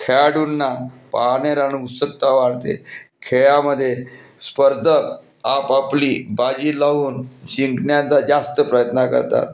खेळाडूंना पाहणेराण उत्सुकता वाढते खेळामध्ये स्पर्धक आपापली बाजी लावून जिंकण्याचा जास्त प्रयत्न करतात